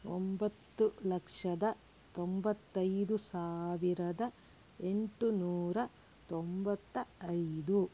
ಒಂಬತ್ತು ಲಕ್ಷದ ತೊಂಬತ್ತೈದು ಸಾವಿರದ ಎಂಟುನೂರ ತೊಂಬತ್ತ ಐದು